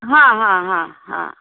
हाँ हाँ हाँ हाँ